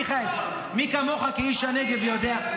מיכאל, מי כמוך כאיש הנגב יודע.